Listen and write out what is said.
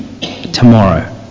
tomorrow